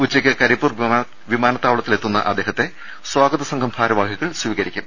ഉച്ചക്ക് കരിപ്പൂർ വിമാനത്താവളത്തി ലെത്തുന്ന അദ്ദേഹത്തെ സ്വാഗതസംഘം ഭാരവാഹികൾ സ്വീകരിക്കും